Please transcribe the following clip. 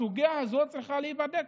הסוגיה הזאת צריכה להיבדק.